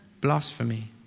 Blasphemy